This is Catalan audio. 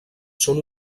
són